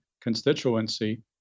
constituency